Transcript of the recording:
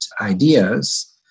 ideas